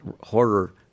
horror